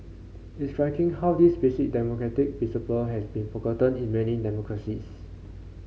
it's striking how this basic democratic principle has been forgotten in many democracies